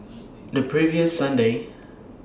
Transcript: The previous Sunday